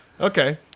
Okay